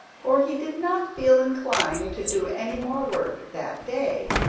for he did not feel inclined to do any more work that day.